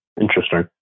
Interesting